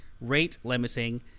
rate-limiting